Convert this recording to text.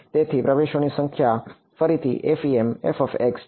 તેથી પ્રવેશોની સંખ્યા ફરીથી FEM છે